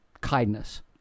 kindness